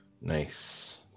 Nice